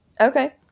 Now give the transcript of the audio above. Okay